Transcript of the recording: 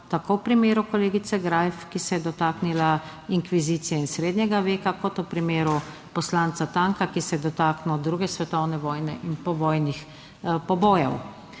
tako v primeru kolegice Greif, ki se je dotaknila inkvizicije in srednjega veka, kot v primeru poslanca Tanka, ki se je dotaknil druge svetovne vojne in povojnih pobojev.